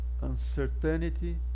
uncertainty